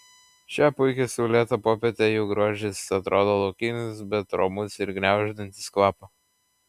šią puikią saulėtą popietę jų grožis atrodo laukinis bet romus ir gniaužiantis kvapą